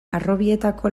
harrobietako